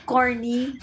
Corny